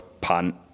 pant